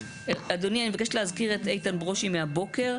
אדוני, אני מבקשת להזכיר את איתן ברושי מהבוקר.